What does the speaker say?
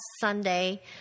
Sunday